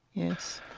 yes.